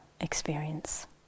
experience